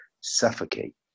suffocate